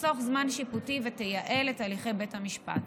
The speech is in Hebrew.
תחסוך זמן שיפוטי ותייעל את הליכי בית המשפט.